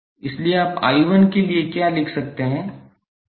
इसलिए आप 𝐼1 के लिए क्या लिख सकते हैं